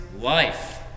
life